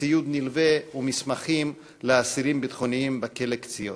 ציוד נלווה ומסמכים לאסירים ביטחוניים בכלא "קציעות".